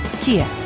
Kia